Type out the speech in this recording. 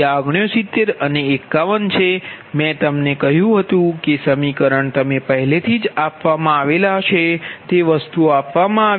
તેથી આ 69 અને 51 છે મેં તમને કહ્યું હતું કે સમીકરણ તમે પહેલેથી જ આપવા મા આવેલા છે તે વસ્તુઓ આપવામાં આવી છે